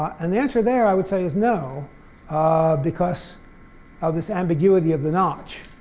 and the answer there i would say is no because of this ambiguity of the notch.